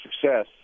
success